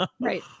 Right